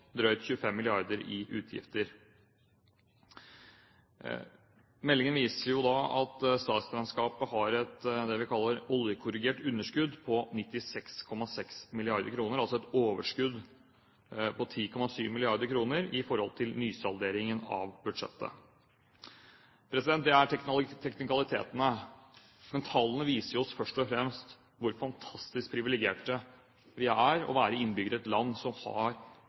drøyt 25 mrd. kr i utgifter. Meldingen viser da at statsregnskapet har det vi kaller et oljekorrigert underskudd på 96,6 mrd. kr, altså et overskudd på 10,7 mrd. kr, i forhold til nysalderingen av budsjettet. Det er teknikalitetene. Men tallene viser oss først og fremst hvor fantastisk privilegert vi er ved å være innbyggere i et land som har